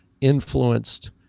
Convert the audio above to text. influenced